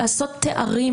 לעשות תארים